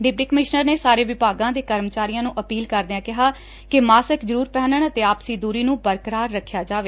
deputy commissioner ਨੇ ਸਾਰੇ ਵਿਭਾਗਾਂ ਦੇ ਕਰਮਚਾਰੀਆਂ ਨੂੰ ਅਪੀਲ ਕਰਦਿਆਂ ਕਿਹਾ ਕਿ ਮਾਸਕ ਜਰੂਰ ਪਹਿਨਣ ਅਤੇ ਆਪਸੀ ਦੂਰੀ ਨੂੰ ਬਰਕਰਾਰ ਰੱਖਿਆ ਜਾਵੇ